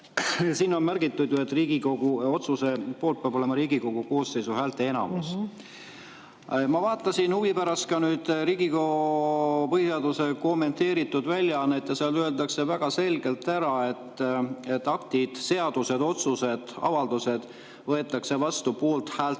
Siin on märgitud, et Riigikogu otsuse poolt peab olema Riigikogu koosseisu häälteenamus. Ma vaatasin huvi pärast ka põhiseaduse kommenteeritud väljaannet. Seal öeldakse väga selgelt, et aktid, seadused, otsused, avaldused võetakse vastu poolthäälte